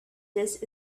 this